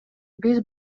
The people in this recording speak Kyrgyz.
биз